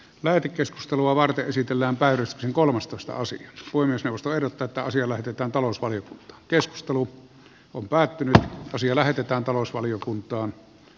lähetekeskustelua varten esitellään päätösten kolmastoista osin suomessa ostoehdot täyttää asia lähetetään talous oli keskustelu on päättynyt osia lähetetään kiitoksia